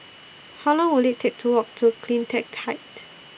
How Long Will IT Take to Walk to CleanTech Height